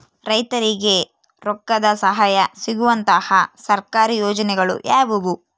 ರೈತರಿಗೆ ರೊಕ್ಕದ ಸಹಾಯ ಸಿಗುವಂತಹ ಸರ್ಕಾರಿ ಯೋಜನೆಗಳು ಯಾವುವು?